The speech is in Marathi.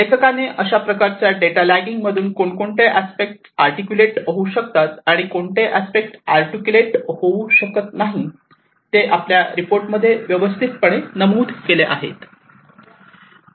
लेखकाने अशा प्रकारच्या डेटालॅकिंग मधून कोणते अस्पेक्ट आर्टिल्क्युलेट होऊ शकतात आणि कोणते अस्पेक्ट आर्टिल्क्युलेट होऊ शकत नाही ते आपल्या रिपोर्ट मध्ये व्यवस्थित पणे नमूद केले आहेत